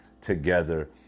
together